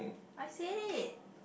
I said it